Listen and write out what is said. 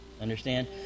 Understand